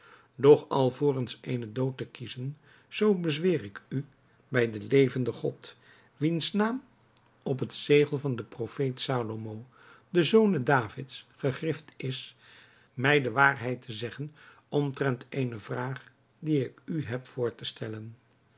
doch alvorens eenen dood te kiezen zoo bezweer ik u bij den levenden god wiens naam op het zegel van den profeet salomo de zone davids gegrift is mij de waarheid te zeggen omtrent eene vraag die ik u heb voor te stellen